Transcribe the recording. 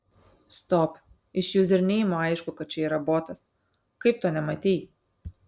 stop iš juzerneimo aišku kad čia yra botas kaip to nematei